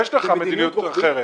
יש לך מדיניות אחרת.